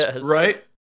right